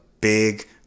big